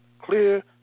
clear